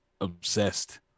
obsessed